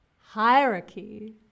Hierarchy